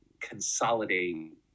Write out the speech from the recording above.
consolidate